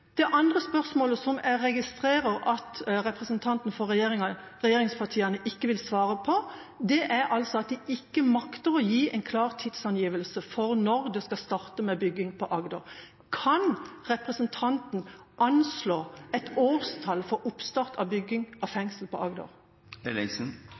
Det andre spørsmålet, som jeg registrerer at representanten for regjeringspartiene ikke vil svare på, handler altså om at de ikke makter å gi en klar tidsangivelse for når en skal starte bygging på Agder. Kan representanten anslå et årstall for oppstart av bygging av fengsel på